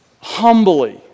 humbly